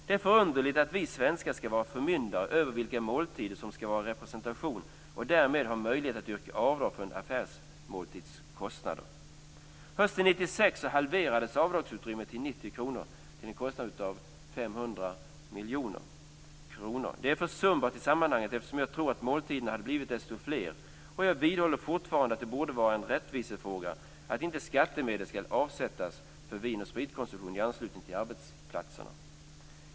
Det är förunderligt att vi svenskar skall vara förmyndare över vilka måltider som skall vara representation och därmed ha möjlighet att yrka avdrag för en affärsmåltids kostnader. 90 kr till en kostnad av 500 miljoner kronor. Det är försumbart i sammanhanget, eftersom jag tror att måltiderna hade blivit desto fler. Jag vidhåller fortfarande att det borde vara en rättvisefråga att skattemedel inte skall avsättas för vin och spritkonsumtion i anslutning till arbetsplatserna.